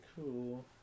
cool